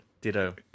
Ditto